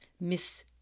Miss